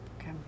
Okay